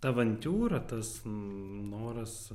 ta avantiūra tas noras